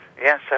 Yes